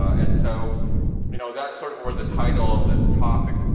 and so you know, that's sort of where the title of this topic,